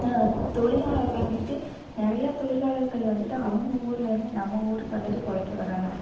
தொழிலாளர்கள் வந்துட்டு நிறையா தொழிலாளர்கள் வந்துட்டு அவங்க ஊருலேருந்து நம்ம ஊருக்கு வந்துட்டு பிழைக்க வர்றாங்க